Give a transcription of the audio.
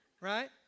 right